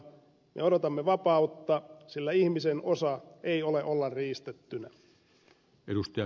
me odotamme vapautta sillä ihmisen osa ei ole olla riistettynä